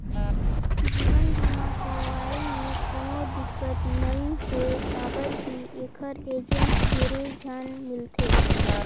जीवन बीमा करवाये मे कोनो दिक्कत नइ हे काबर की ऐखर एजेंट ढेरे झन मिलथे